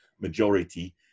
majority